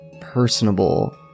personable